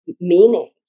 meaning